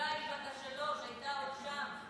אביגיל בת השלוש עוד הייתה שם.